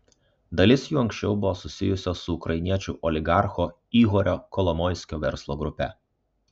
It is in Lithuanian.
dalis jų anksčiau buvo susijusios su ukrainiečių oligarcho ihorio kolomoiskio verslo grupe